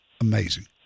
amazing